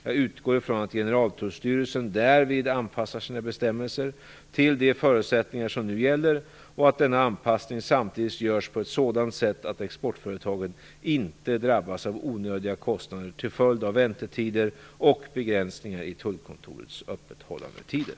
Jag utgår ifrån att Generaltullstyrelsen därvid anpassar sina bestämmelser till de förutsättningar som nu gäller, och att denna anpassning samtidigt görs på ett sådant sätt att exportföretagen inte drabbas av onödiga kostnader till följd av väntetider och begränsningar i tullkontorens öppethållandetider.